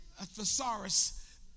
thesaurus